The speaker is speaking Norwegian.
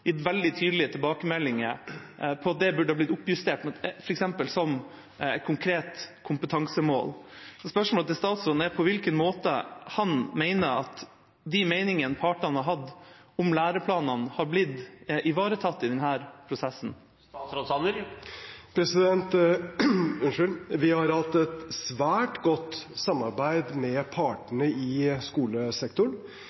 gitt veldig tydelige tilbakemeldinger om at det burde ha blitt oppjustert til å bli f.eks. et konkret kompetansemål. Spørsmålet til statsråden er: På hvilken måte mener han at de meningene partene har hatt om læreplanene, har blitt ivaretatt i denne prosessen? Vi har hatt et svært godt samarbeid med